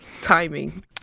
timing